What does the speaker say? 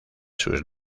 sus